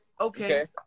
okay